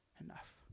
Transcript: enough